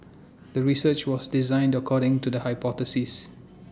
the research was designed according to the hypothesis